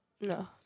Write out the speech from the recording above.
No